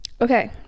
okay